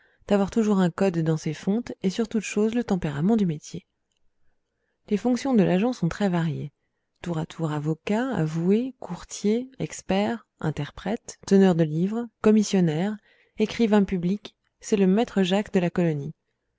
d'avoir toujours un code dans ses fontes et sur toute chose le tempérament du métier les fonctions de l'agent sont très variées tour à tour avocat avoué courtier expert interprète teneur de livres commissionnaire écrivain public c'est le maître jacques de la colonie